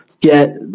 get